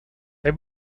they